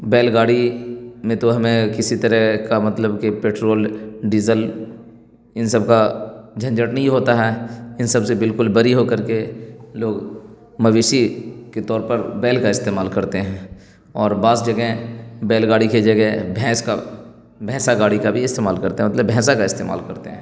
بیل گاڑی میں تو ہمیں کسی طرح کا مطلب کہ پیٹرول ڈیزل ان سب کا جھنجھٹ نہیں ہوتا ہے ان سب سے بالکل بری ہو کر کے لوگ مویشی کے طور پر بیل کا استعمال کرتے ہیں اور بعض جگہ بیل گاڑی کے جگہ بھینس کا بھینسا گاڑی کا بھی استعمال کرتے ہیں مطلب بھینسا کا استعمال کرتے ہیں